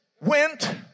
went